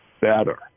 better